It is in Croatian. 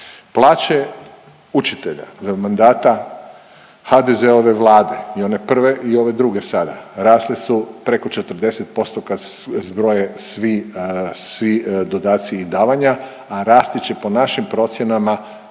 Plaće učitelja za mandata HDZ-ove Vlade i one prve i ove druge sada rasle su preko 40% kad se zbroje svi, svi dodaci i davanja, a rasti će po našim procjenama